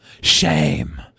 shame